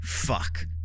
Fuck